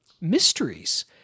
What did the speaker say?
mysteries